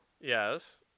Yes